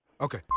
Okay